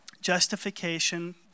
justification